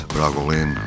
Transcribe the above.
Bragolin